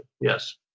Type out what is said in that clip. yes